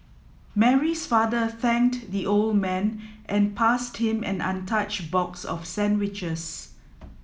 Mary's father thanked the old man and passed him an untouched box of sandwiches